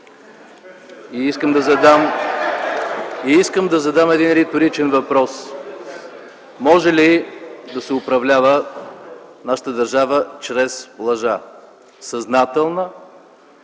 Искам да задам един риторичен въпрос: може ли да се управлява нашата държава чрез лъжа – съзнателна,